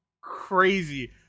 crazy